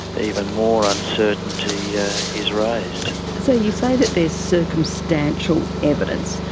even more uncertainty is raised. so you say that there is circumstantial evidence.